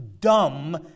dumb